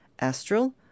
astral